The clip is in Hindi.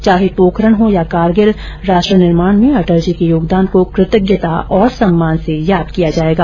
चाहे पोखरण हो या कारगिल राष्ट्रनिर्माण में अटल जी के योगदान को कृतज्ञता और सम्मान से याद किया जायेगा